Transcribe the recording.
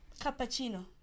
cappuccino